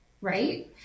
right